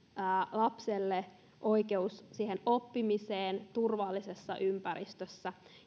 lapselle oikeus oppimiseen turvallisessa ympäristössä